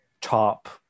top